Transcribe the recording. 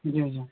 ज्यू ज्यू